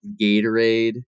Gatorade